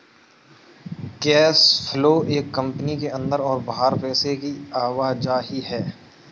cash flow एक company के अंदर और बाहर पैसे की आवाजाही है